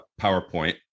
PowerPoint